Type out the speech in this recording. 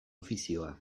ofizioa